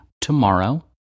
tomorrow